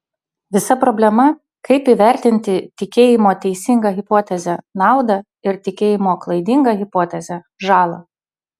visa problema kaip įvertinti tikėjimo teisinga hipoteze naudą ir tikėjimo klaidinga hipoteze žalą